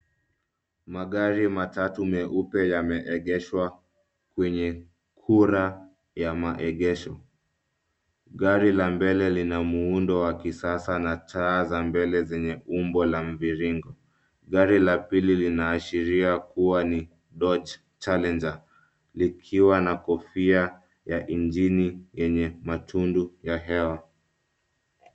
Magari matatu meupe yameegeshwa kwenye kura ya maegesho. Gari la mbele lina muundo wa kisasa na taa za mbele zenye umbo la mviringo. Gari la pili linaashiria kuwa ni Dodge Challenger likiwa na kofia ya injini yenye matundu ya hewa.